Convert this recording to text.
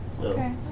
Okay